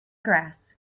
grass